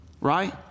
Right